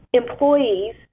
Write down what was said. employees